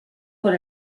por